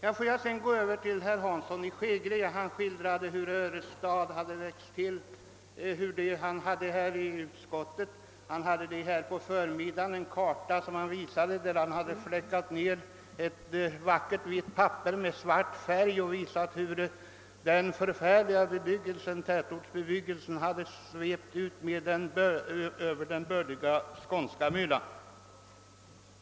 Herr Hansson i Skegrie skildrade hur Örestad har växt. Han har i utskottet och här i kammaren på förmiddagen visat en karta. Det var ett vackert vitt papper som han hade fläckat ned med svart färg för att illustrera hur den förfärliga tätortsbebyggelsen hade svept ut över den bördiga skånska myllan.